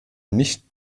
nicht